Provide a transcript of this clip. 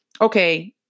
okay